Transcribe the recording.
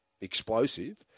explosive